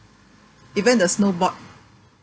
even the snowboard